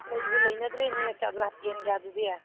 ꯂꯩꯕꯨ ꯂꯩꯅꯗ꯭ꯔꯦꯅꯦ ꯂꯥꯔꯇꯦꯟꯒꯗꯨꯗꯤ